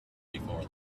before